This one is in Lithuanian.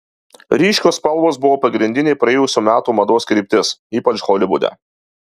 ryškios spalvos buvo pagrindinė praėjusių metų mados kryptis ypač holivude